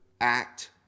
act